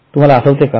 तुम्हाला आठवते काय